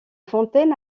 fontaine